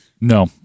No